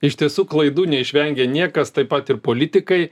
iš tiesų klaidų neišvengia niekas taip pat ir politikai